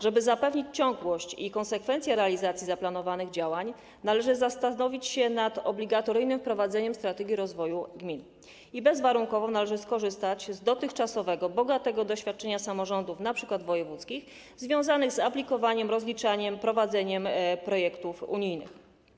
Żeby zapewnić ciągłość i konsekwencję realizacji zaplanowanych działań, należy zastanowić się nad obligatoryjnym wprowadzeniem strategii rozwoju gmin i bezwarunkowo należy skorzystać z dotychczasowego, bogatego doświadczenia samorządów, np. wojewódzkich, związanego z aplikowaniem, rozliczaniem, prowadzeniem projektów unijnych.